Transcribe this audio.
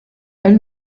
elle